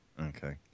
Okay